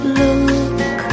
look